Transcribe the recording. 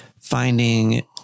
Finding